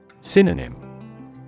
Synonym